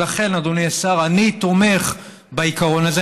לכן, אדוני השר, אני תומך בעיקרון הזה.